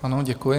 Ano, děkuji.